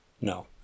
No